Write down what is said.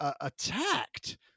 attacked